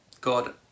God